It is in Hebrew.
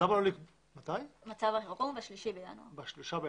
מצב החירום, ב-3 בינואר.